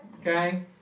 okay